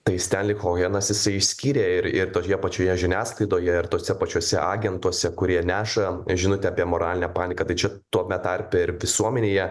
tai stenli kohenas išskyrė ir ir toje pačioje žiniasklaidoje ir tose pačiose agentuose kurie neša žinutę apie moralinę paniką tai čia tame tarpe ir visuomenėje